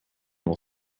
will